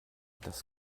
das